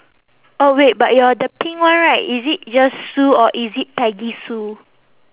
oh wait but your the pink one right is it just sue or is it peggy sue